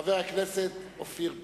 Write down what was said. חבר הכנסת אופיר פינס,